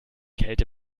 kälte